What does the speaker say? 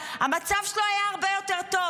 המצב שלו היה הרבה יותר טוב.